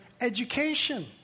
education